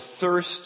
thirst